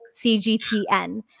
CGTN